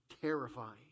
terrifying